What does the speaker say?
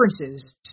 differences